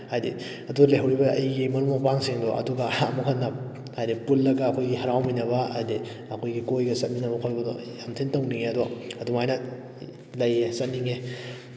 ꯍꯥꯏꯕꯗꯤ ꯑꯗꯨ ꯂꯩꯍꯧꯔꯤꯕ ꯑꯩꯒꯤ ꯃꯔꯨꯞ ꯃꯄꯥꯡꯁꯤꯡꯗꯣ ꯑꯗꯨꯒ ꯑꯃꯨꯛ ꯍꯟꯅ ꯍꯥꯏꯕꯗꯤ ꯄꯨꯜꯂꯒ ꯑꯩꯈꯣꯏꯒꯤ ꯍꯔꯥꯎꯃꯤꯟꯅꯕ ꯍꯥꯏꯕꯗꯤ ꯑꯩꯈꯣꯏꯒꯤ ꯀꯣꯏꯕꯒ ꯆꯠꯃꯤꯟꯅꯕ ꯈꯣꯠꯄꯗꯣ ꯌꯥꯝ ꯊꯤꯅ ꯇꯧꯅꯤꯡꯉꯦ ꯑꯗꯣ ꯑꯗꯨꯃꯥꯏꯅ ꯂꯩꯌꯦ ꯆꯠꯅꯤꯡꯉꯦ